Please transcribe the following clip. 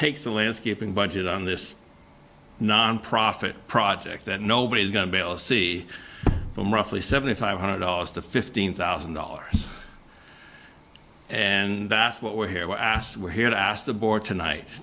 takes the landscaping budget on this nonprofit project that nobody's going to bail see from roughly seventy five hundred dollars to fifteen thousand dollars and that's what we're here we're asked we're here to ask the board tonight